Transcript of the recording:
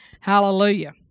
Hallelujah